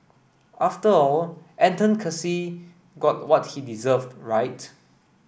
after all Anton Casey got what he deserved right